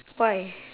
why